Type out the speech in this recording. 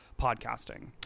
podcasting